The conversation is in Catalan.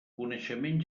coneixement